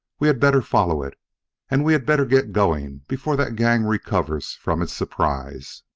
we had better follow it and we had better get going before that gang recovers from its surprise.